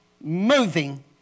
moving